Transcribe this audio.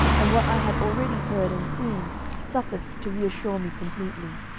and what i had already heard and seen sufficed to reassure me completely.